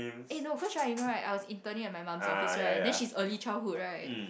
eh no cause right you know right I was interning at my mom's office right then she is early childhood right